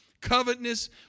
covetousness